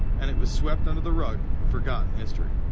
and it was swept under the rug of forgotten history.